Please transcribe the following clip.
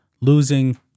losing